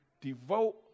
devote